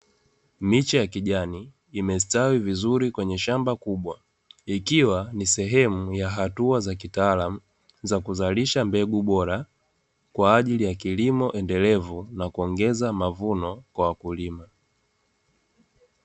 Miche ya kijani, imestawi vizuri kwenye shamba kubwa, likiwa ni sehemu ya hatua za kitaalamu za kuzalisha mbegu bora kwa ajili ya kilimo endelevu na kuongeza mavuno kwa wakulima.